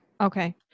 Okay